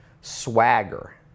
swagger